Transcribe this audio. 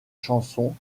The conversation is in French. chansons